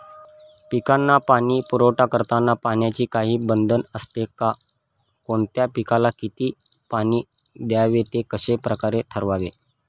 पिकांना पाणी पुरवठा करताना पाण्याचे काही बंधन असते का? कोणत्या पिकाला किती पाणी द्यावे ते कशाप्रकारे ठरवावे?